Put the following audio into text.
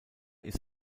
ist